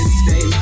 stay